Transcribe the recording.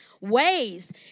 ways